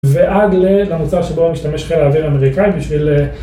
ועד למוצר שבו משתמש חיל האוויר האמריקאי בשביל...